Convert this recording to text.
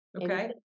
okay